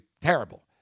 terrible